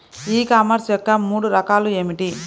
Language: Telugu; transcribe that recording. ఈ కామర్స్ యొక్క మూడు రకాలు ఏమిటి?